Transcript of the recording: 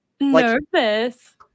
Nervous